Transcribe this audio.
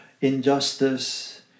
injustice